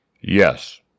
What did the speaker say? Yes